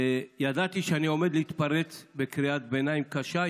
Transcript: וידעתי שאני עומד להתפרץ בקריאת ביניים קשה.